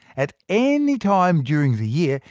at any time during the year,